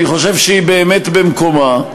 אני חושב שהיא באמת במקומה.